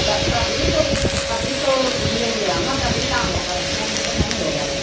तो तभी तो तभी तो लेंगे हम ना तभी काम होगा ऐसे नहीं तो नहीं होगा